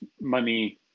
money